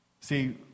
See